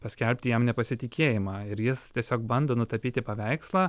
paskelbti jam nepasitikėjimą ir jis tiesiog bando nutapyti paveikslą